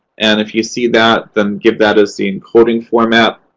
and if you see that, then give that as the encoding format.